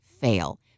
fail